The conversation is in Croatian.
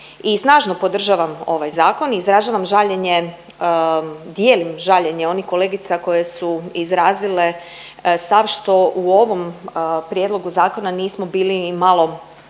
snažno podržavam ovaj zakon i izražavam žaljenje, dijelim žaljenje onih kolegica koje su izrazile stav što u ovom prijedlogu zakona nismo bili i malo